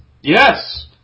Yes